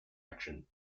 action